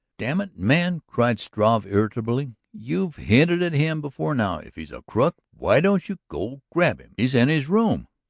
damn it, man, cried struve irritably. you've hinted at him before now. if he's a crook, why don't you go grab him? he's in his room.